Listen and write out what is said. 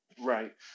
Right